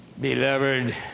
beloved